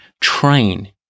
train